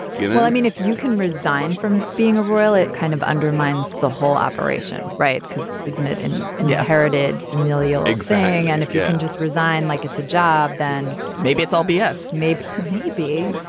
you know i mean, if you can resign from being a royal, it kind of undermines the whole operation. right. because, isn't it? and yeah. heritage, familial examining. and if you and just resign like it's a job, then maybe it's all b s. maybe. maybe,